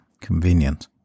convenient